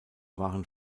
waren